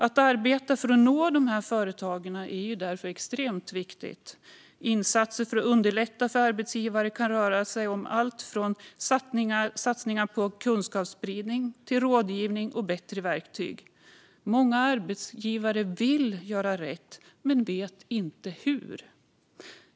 Att arbeta för att nå dessa företag är därför extremt viktigt. Insatser för att underlätta för arbetsgivare kan röra sig om allt från satsningar på kunskapsspridning till rådgivning och bättre verktyg. Många arbetsgivare vill göra rätt men vet inte hur.